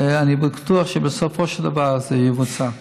ואני בטוח שבסופו של דבר זה יבוצע.